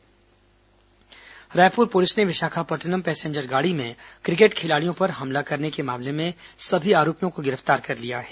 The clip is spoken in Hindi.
क्रिकेट खिलाड़ी लूट रायपुर पुलिस ने विशाखापट्नम पैसेंजर गाड़ी में क्रिकेट खिलाड़ियों पर हमला करने के मामले में सभी आरोपियों को गिरफ्तार कर लिया है